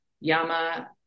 Yama